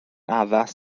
addas